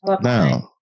now